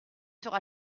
sera